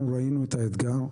אנחנו ראינו את האתגר.